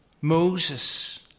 Moses